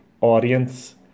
audience